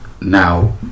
now